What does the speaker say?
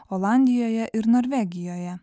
olandijoje ir norvegijoje